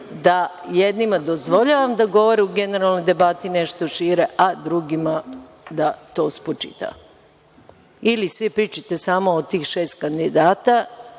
da jednima dozvoljavam da govore u generalnoj debati nešto šire, a drugima da to spočitavam. Ili svi pričajte o samo tih šest kandidata,